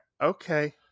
okay